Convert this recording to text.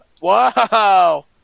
Wow